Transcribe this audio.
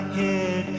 head